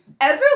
Ezra